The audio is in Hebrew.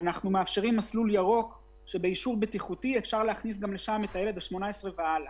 אנחנו מאפשרים להכניס מהילד ה-18 והלאה.